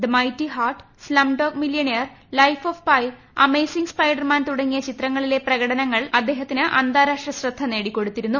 the mighty heart slumdog millionaire life of pi amazing spiderman തുടങ്ങിയ ചിത്രങ്ങളിലെ പ്രകടനങ്ങൾ അദ്ദേഹത്തിന് അന്താരാഷ്ട്ര ശ്രദ്ധ നേടിക്കൊടുത്തിരുന്നു